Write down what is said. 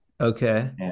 okay